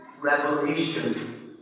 revelation